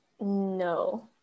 no